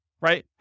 right